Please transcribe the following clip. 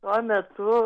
tuo metu